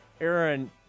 Aaron